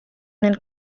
nel